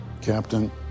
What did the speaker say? Captain